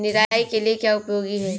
निराई के लिए क्या उपयोगी है?